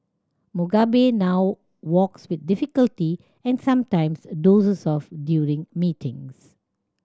Mugabe now walks with difficulty and sometimes dozes off during meetings